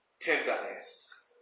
tenderness